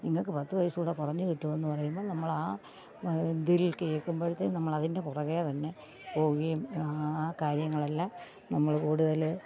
നിങ്ങൾക്ക് പത്തുവയസ് കൂടെ കുറഞ്ഞു കിട്ടുമെന്ന് പറയുമ്പം നമ്മളാ ഇതില് കേൾക്കുമ്പോഴത്തെ നമ്മളതിന്റെ പുറകെ തന്നെ പോവുകേം ആ കാര്യങ്ങളെല്ലാം നമ്മൾ കൂടുതൽ